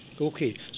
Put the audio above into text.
Okay